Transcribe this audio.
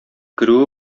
керүе